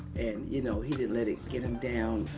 and, you know, he didn't let it get him down.